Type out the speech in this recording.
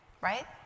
right